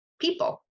people